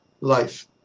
life